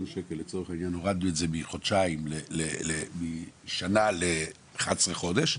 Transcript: שקל הורדנו את זה משנה ל- 11 חודשים,